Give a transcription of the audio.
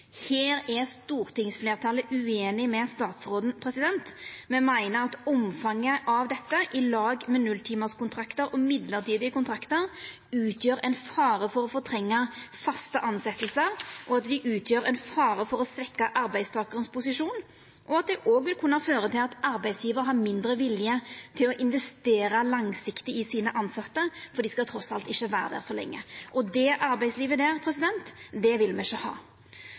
Her er stortingsfleirtalet ueinig med statsråden. Me meiner at omfanget av dette utgjer – i lag med nulltimarskontraktar og mellombelse kontraktar – ein fare for å fortrengja faste tilsetjingar, at det utgjer ein fare for å svekkja posisjonen til arbeidstakaren, og at det òg vil kunna føra til at arbeidsgjevaren har mindre vilje til å investera langsiktig i sine tilsette, for dei skal trass alt ikkje vera der så lenge. Det arbeidslivet vil me ikkje ha.